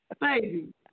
baby